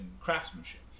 craftsmanship